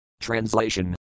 Translation